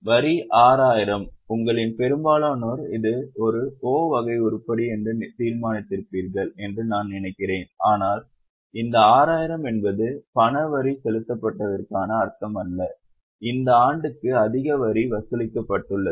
வரி 6000 உங்களில் பெரும்பாலோர் இது ஒரு O வகை உருப்படி என்று தீர்மானிப்பீர்கள் என்று நான் நினைக்கிறேன் ஆனால் இந்த 6000 என்பது பண வரி செலுத்தப்பட்டதாக அர்த்தமல்ல இந்த ஆண்டுக்கு அதிக வரி வசூலிக்கப்பட்டுள்ளது